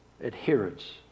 adherence